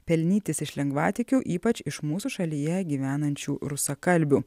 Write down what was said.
pelnytis iš lengvatikių ypač iš mūsų šalyje gyvenančių rusakalbių